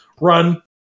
run